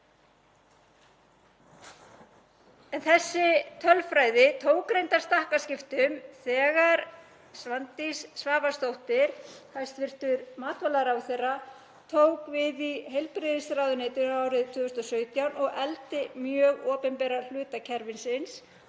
En þessi tölfræði tók reyndar stakkaskiptum þegar Svandís Svavarsdóttir, hæstv. matvælaráðherra, tók við í heilbrigðisráðuneytinu árið 2017 og efldi mjög opinbera hluta kerfisins